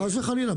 חס וחלילה.